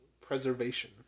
preservation